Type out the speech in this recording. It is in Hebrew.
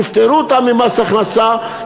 תפטרו אותם ממס הכנסה,